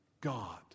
God